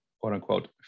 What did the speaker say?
quote-unquote